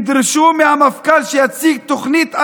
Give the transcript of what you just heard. תדרשו מהמפכ"ל שיציג תוכנית אמיתית,